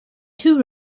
two